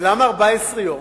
ולמה 14 יום?